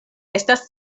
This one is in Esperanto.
estas